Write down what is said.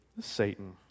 Satan